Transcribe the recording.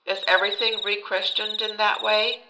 is everything rechristened in that way?